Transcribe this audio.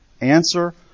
Answer